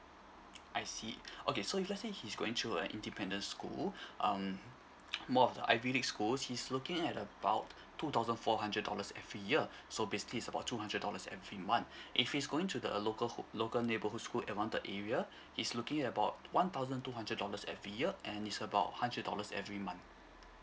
I see okay so if let's say he's going to an independent school um more of the ivy league schools he's looking at about two thousand four hundred dollars every year so basically is about two hundred dollars every month if he's going to the local h~ local neighborhood school around the area he's looking at about one thousand two hundred dollars every year and is about hundred dollars every month